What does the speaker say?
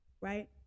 right